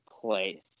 place